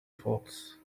false